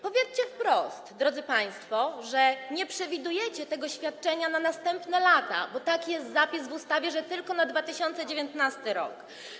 Powiedzcie wprost, drodzy państwo, że nie przewidujecie tego świadczenia na następne lata, bo taki jest zapis w ustawie, że tylko na 2019 r.